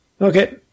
okay